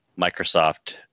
Microsoft